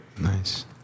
Nice